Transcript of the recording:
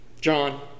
John